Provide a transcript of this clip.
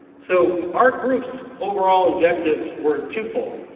so our group's overall objectives were too full.